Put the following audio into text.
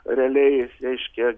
realiai reiškia